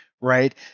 Right